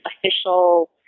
official